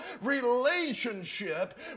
relationship